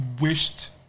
wished